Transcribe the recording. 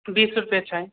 बीस रुपे छै